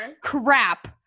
crap